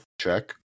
check